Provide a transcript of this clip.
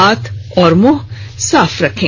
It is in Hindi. हाथ और मुंह साफ रखें